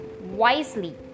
wisely